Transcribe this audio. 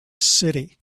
city